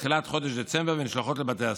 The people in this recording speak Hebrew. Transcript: בתחילת חודש דצמבר, ונשלחות לבתי הספר.